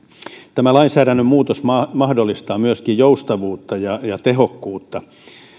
tämä lainsäädännön muutos mahdollistaa myöskin joustavuutta ja ja tehokkuutta